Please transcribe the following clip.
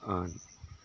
ᱟᱨ